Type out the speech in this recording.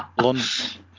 lunch